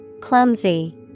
Clumsy